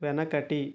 వెనకటి